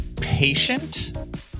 patient